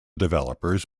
developers